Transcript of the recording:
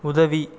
உதவி